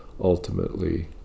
ultimately